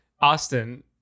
Austin